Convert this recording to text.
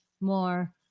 more